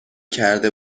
کرده